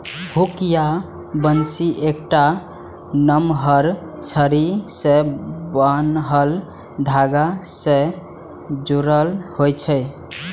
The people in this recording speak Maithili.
हुक या बंसी एकटा नमहर छड़ी सं बान्हल धागा सं जुड़ल होइ छै